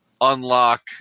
unlock